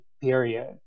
period